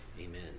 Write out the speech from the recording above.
Amen